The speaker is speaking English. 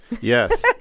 yes